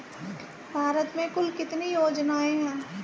भारत में कुल कितनी योजनाएं हैं?